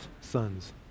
sons